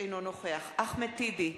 אינו נוכח אחמד טיבי,